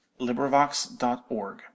LibriVox.org